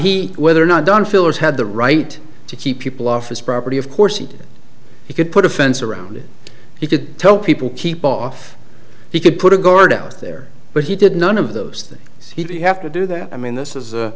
he whether or not dunn fillers had the right to keep people off his property of course you could put a fence around it you could tell people keep off he could put a guard out there but he did none of those things he have to do that i mean this is